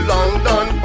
London